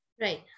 Right